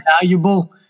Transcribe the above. valuable